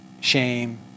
shame